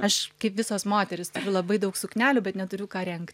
aš kaip visos moterys labai daug suknelių bet neturiu ką reng